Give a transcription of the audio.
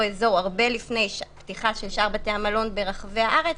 אזור הרבה לפני הפתיחה של שאר בתי המלון ברחבי הארץ,